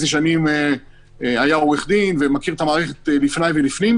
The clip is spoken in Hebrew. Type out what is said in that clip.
שנים היה עורך דין ומכיר את המערכת לפני ולפנים,